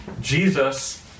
Jesus